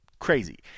Crazy